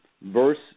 verse